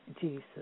Jesus